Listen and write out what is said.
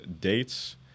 dates –